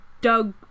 Doug